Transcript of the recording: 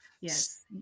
Yes